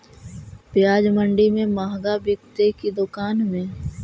प्याज मंडि में मँहगा बिकते कि दुकान में?